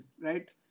right